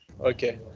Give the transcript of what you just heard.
okay